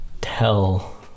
tell